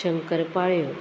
Shankar पाळ्यो